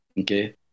Okay